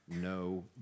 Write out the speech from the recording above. no